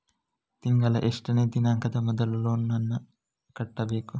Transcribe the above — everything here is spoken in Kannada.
ತಿಂಗಳ ಎಷ್ಟನೇ ದಿನಾಂಕ ಮೊದಲು ಲೋನ್ ನನ್ನ ಕಟ್ಟಬೇಕು?